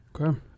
Okay